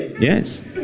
Yes